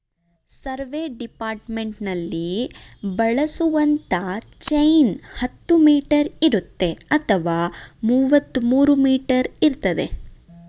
survey ಡಿಪಾರ್ಟ್ಮೆಂಟ್ನಲ್ಲಿ ಬಳಸುವಂತ chain ಹತ್ತು ಮೀಟರ್ ಇರುತ್ತೆ ಅಥವಾ ಮುವತ್ಮೂರೂ ಮೀಟರ್ ಇರ್ತದೆ